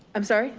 i'm sorry.